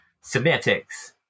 semantics